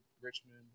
Richmond